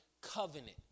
covenant